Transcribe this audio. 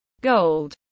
Gold